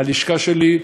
הלשכה שלי,